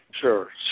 Sure